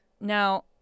Now